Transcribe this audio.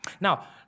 Now